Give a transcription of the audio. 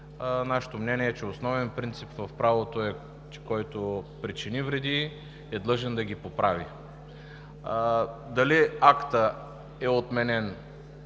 нашето мнение е, че основен принцип в правото е, че който причини вреди, е длъжен да ги поправи. Дали актът е отменен